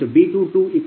0005 ಮತ್ತು B220